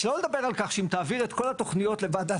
שלא לדבר על כך שאם תעביר את כל התוכניות לוועדת